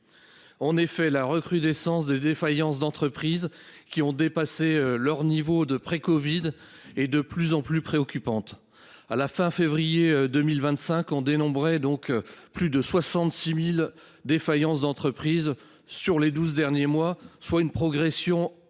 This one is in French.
En effet, la recrudescence des défaillances d'entreprises qui ont dépassé leur niveau de pré-Covid est de plus en plus préoccupante. À la fin février 2025, on dénombrait donc plus de 66 000 défaillances d'entreprises sur les 12 derniers mois, soit une progression en rythme